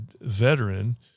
veteran